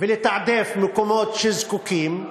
ולתעדף מקומות שזקוקים,